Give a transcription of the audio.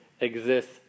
exists